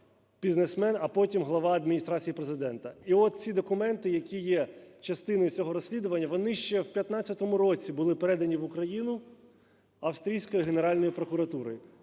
бізнесмен, а потім глава Адміністрації Президента. І от ці документи, які є частиною цього розслідування, вони ще в 15-му році були передані в Україну австрійською Генеральною прокуратурою.